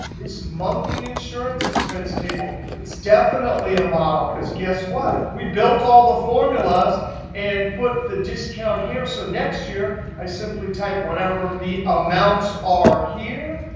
this monthly insurance expense table it's definitely a model. because guess what? we built all the formulas and put the discount here. so next year, i simply type whatever the amounts are here,